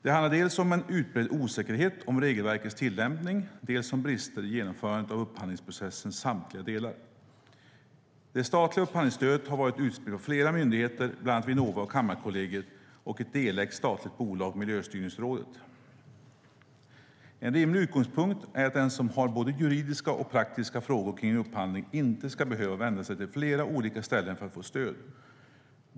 Det handlar dels om en utbredd osäkerhet om regelverkets tillämpning, dels om brister i genomförandet av upphandlingsprocessens samtliga delar. Det statliga upphandlingsstödet har varit utspritt på flera myndigheter, bland annat Vinnova och Kammarkollegiet, och ett delägt statligt bolag, Miljöstyrningsrådet. En rimlig utgångspunkt är att den som har både juridiska och praktiska frågor kring en upphandling inte ska behöva vända sig till flera olika ställen för att få stöd.